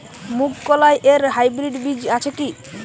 মুগকলাই এর হাইব্রিড বীজ আছে কি?